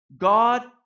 God